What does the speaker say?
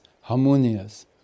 harmonious